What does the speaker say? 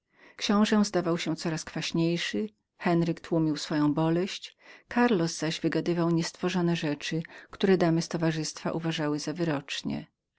książe stawał się coraz kwaśniejszym henryk tłumił swoją boleść karlos zaś wygadywał niestworzone rzeczy które damy z towarzystwa uważały za wyrocznie